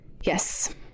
Yes